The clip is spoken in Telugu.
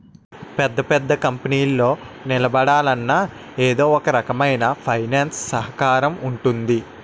పెద్ద పెద్ద కంపెనీలు నిలబడాలన్నా ఎదో ఒకరకమైన ఫైనాన్స్ సహకారం ఉంటుంది